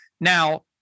Now